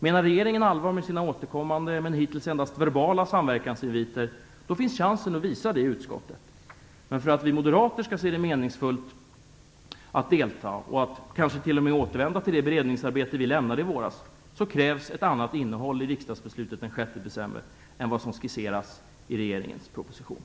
Menar regeringen allvar med sina återkommande men hittills endast verbala samverkansinviter finns chansen att visa det i utskottet. För att vi moderater skall se det meningsfullt att delta och kanske t.o.m. återvända till det beredningsarbete vi lämnade i våras krävs ett annat innehåll i riksdagsbeslutet den 6 december än vad som skisseras i regeringens proposition.